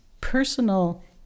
personal